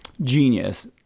genius